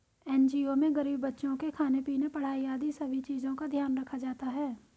NGO में गरीब बच्चों के खाने पीने, पढ़ाई आदि सभी चीजों का ध्यान रखा जाता है